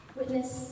witness